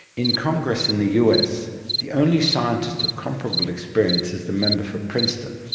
in congress in the us the only scientist of comparable experience is the member for princeton.